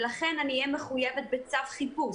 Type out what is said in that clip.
ולכן אני אהיה מחויבת בצו חיפוש.